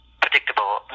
predictable